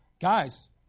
guys